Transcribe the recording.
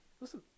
listen